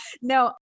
No